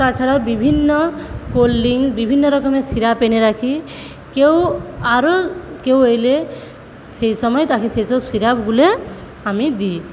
তাছাড়াও বিভিন্ন cold drinks বিভিন্ন রকমের সিরাপ এনে রাখি কেউ আরো কেউ এলে সেই সময় তাকে সেই সব সিরাপ গুলে আমি দিই